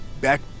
back